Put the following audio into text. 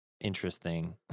interesting